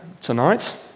tonight